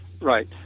Right